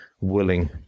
willing